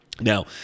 Now